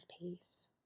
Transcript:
peace